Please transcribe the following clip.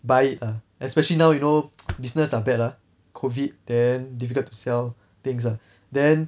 buy err especially now you know business are bad ah COVID then difficult to sell things ah then